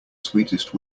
sweetest